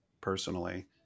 personally